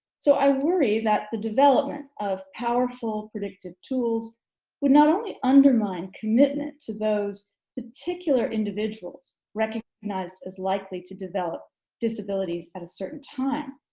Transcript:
so i worry that the development of powerful predictive tools would not only undermine commitment to those particular individuals recognized as likely to develop disabilities at a certain time,